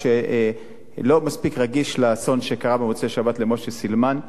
שלא מספיק רגיש לאסון שקרה במוצאי-שבת למשה סילמן.